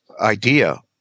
idea